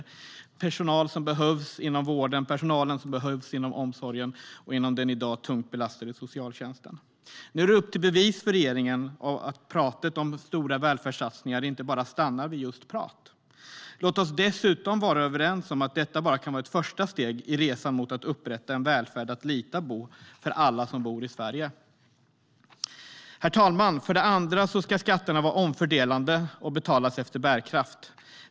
Det är personal som behövs inom vården, inom omsorgen och inom den i dag tungt belastade socialtjänsten. Herr talman! För det andra ska skatterna vara omfördelande och betalas efter bärkraft.